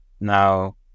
Now